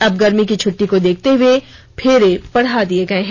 अब गर्मी की छुट्टी को देखते हुए फरे बढ़ा दिए गए हैं